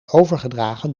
overgedragen